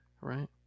right